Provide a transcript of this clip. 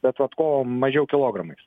bet vat ko mažiau kilogramais